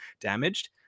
damaged